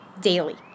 daily